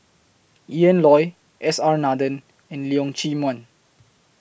Ian Loy S R Nathan and Leong Chee Mun